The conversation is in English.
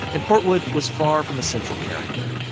and portwood was far from a central character.